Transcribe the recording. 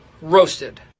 Roasted